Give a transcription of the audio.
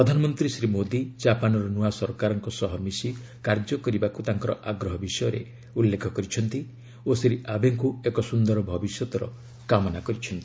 ପ୍ରଧାନମନ୍ତ୍ରୀ ଶ୍ରୀ ମୋଦୀ ଜାପାନର ନୂଆ ସରକାର ସହ ମିଶି କାର୍ଯ୍ୟ କରିବାକୁ ତାଙ୍କର ଆଗ୍ରହ ବିଷୟରେ ଉଲ୍ଲେଖ କରିଛନ୍ତି ଓ ଶ୍ରୀ ଆବେଙ୍କୁ ଏକ ସୁନ୍ଦର ଭବିଷ୍ୟତର କାମନା କରିଛନ୍ତି